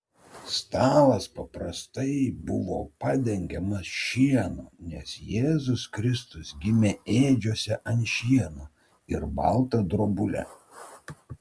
stalas paprastai buvo padengiamas šienu nes jėzus kristus gimė ėdžiose ant šieno ir balta drobule